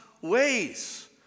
ways